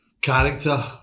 character